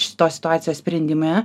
šitos situacijos sprendime